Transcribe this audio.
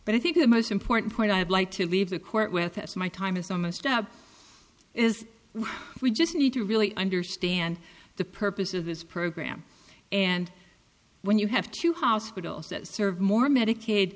but i think the most important point i'd like to leave the court with as my time is almost up is we just need to really understand the purpose of this program and when you have two hospitals that serve more medicaid